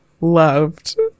loved